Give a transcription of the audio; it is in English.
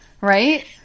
right